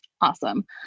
awesome